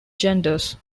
genders